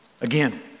Again